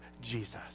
Jesus